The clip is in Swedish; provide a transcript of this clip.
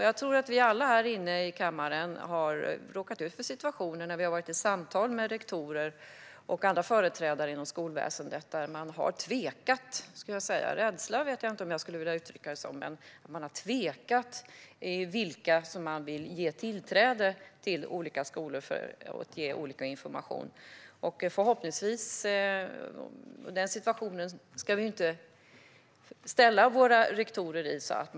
Jag tror att vi alla här i kammaren, när vi har varit i samtal med rektorer och andra företrädare inom skolväsendet, har råkat ut för situationer där de har tvekat, skulle jag säga. Jag vet inte om jag skulle vilja uttrycka det som rädsla. Men de har tvekat inför vilka de vill ge tillträde till skolor för att ge information. Vi ska inte ställa våra rektorer i den situationen.